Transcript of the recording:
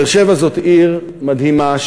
באר-שבע זאת עיר מדהימה,